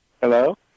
Hello